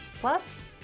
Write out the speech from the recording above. plus